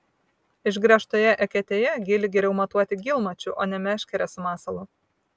išgręžtoje eketėje gylį geriau matuoti gylmačiu o ne meškere su masalu